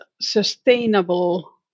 sustainable